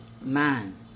man